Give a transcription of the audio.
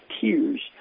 tears